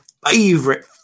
favorite